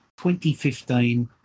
2015